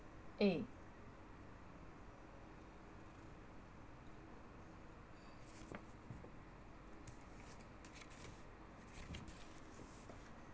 A